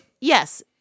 Yes